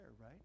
right